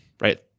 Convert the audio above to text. right